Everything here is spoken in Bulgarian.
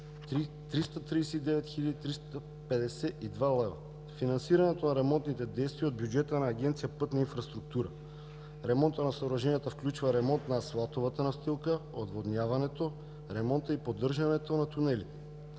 хил. 352 лв. финансирането на ремонтните действия от бюджета на Агенция „Пътна инфраструктура“. Ремонтът на съоръженията включва: ремонт на асфалтовата настилка, отводняването, ремонта и поддържането на тунелите.